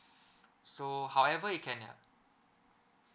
so however you can